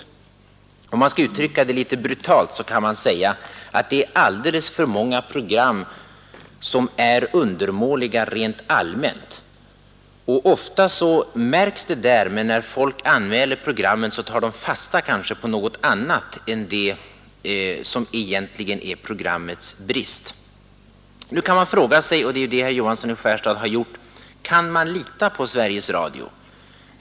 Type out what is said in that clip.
För att uttrycka det litet brutalt vill jag säga att alldeles för många program är undermåliga rent allmänt, men när program anmäls tar anmälarna ofta fasta på något annat än det som egentligen är programmets brist. Man kan fråga sig, och det är det som herr Johansson i Skärstad har gjort: Kan man lita på Sveriges Radio?